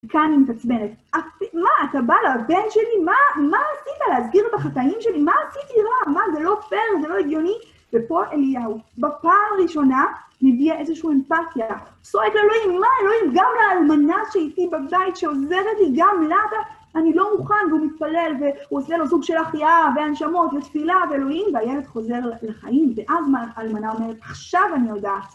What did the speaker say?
כאן היא מתעצבנת. מה? אתה בא לבן שלי? מה... מה עשית להסגיר בחטאים שלי? מה עשיתי רע? מה, זה לא פייר, זה לא הגיוני, ופה אליהו, בפעם ראשונה, מביע איזושהי אמפתיה. צועק לאלוהים, מה אלוהים? גם לאלמנה שאיתי בבית, שעוזרת לי, גם לה אתה, אני לא מוכן, והוא מתפלל, והוא עושה לו סוג של החייאה והנשמות, לתפילה, ואלוהים, והילד חוזר לחיים, ואז האלמנה אומרת, עכשיו אני יודעת.